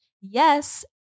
Yes